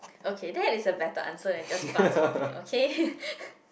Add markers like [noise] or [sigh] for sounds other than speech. okay that is a better answer than just bak-chor-mee okay [laughs]